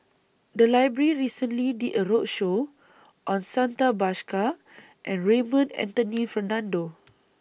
The Library recently did A roadshow on Santha Bhaskar and Raymond Anthony Fernando